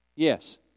Yes